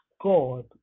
God